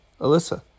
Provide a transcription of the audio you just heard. Alyssa